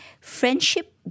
friendship